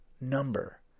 number